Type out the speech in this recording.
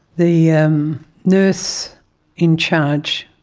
the um nurse in charge,